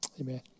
amen